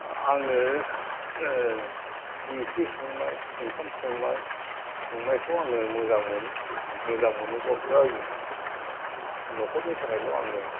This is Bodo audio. आङो ओंख्रि संनाय ओंखाम संनाय संनायखौ आङो मोजां मोनो मोजां मोनोबाबो आङो न'खरनि थाखायल' आङो